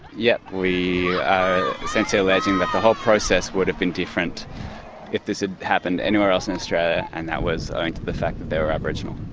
yes, we are essentially alleging that the whole process would have been different if this had happened anywhere else in australia, and that was owing to the fact that they were aboriginal.